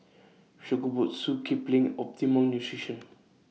Shokubutsu Kipling Optimum Nutrition